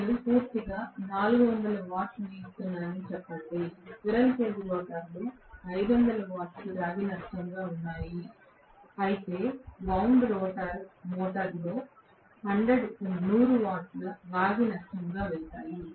నేను పూర్తిగా 400 వాట్స్ ఇస్తున్నానని చెప్పండి స్క్విరెల్ కేజ్ రోటర్లో 50 వాట్స్ రాగి నష్టంగా పోయాయి అయితే గాయం రోటర్ మోటారులో 100 వాట్స్ రాగి నష్టంగా వెళ్తాయి